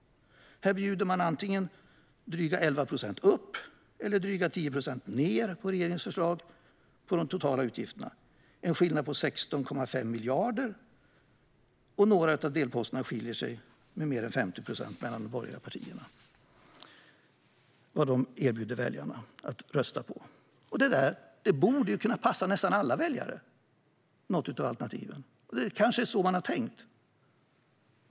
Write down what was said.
Här bjuder man antingen drygt 11 procent upp eller drygt 10 procent ned på regeringens förslag på de totala utgifterna. Det utgör en skillnad på 16,5 miljarder. Vid några av delposterna skiljer det mer än 50 procent mellan vad de borgerliga partierna erbjuder väljarna att rösta på. Något av alternativen borde kunna passa nästan alla väljare. Kanske är det så man har tänkt.